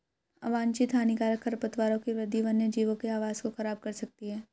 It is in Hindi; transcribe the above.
अवांछित हानिकारक खरपतवारों की वृद्धि वन्यजीवों के आवास को ख़राब कर सकती है